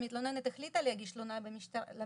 המתלוננת החליטה להגיש תלונה למשטרה,